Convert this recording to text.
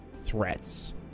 threats